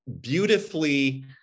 beautifully